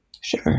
Sure